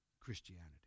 Christianity